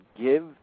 give